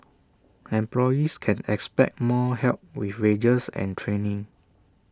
employees can expect more help with wages and training